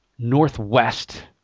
Northwest